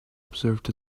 observed